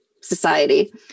society